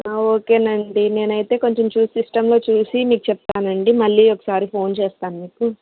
ఓకేనండి నేనైతే కొంచం చూసి సిస్టమ్ లో చూసి మీకు చెప్తానండి మళ్ళీ ఒకసారి ఫోన్ చేస్తాను మీకు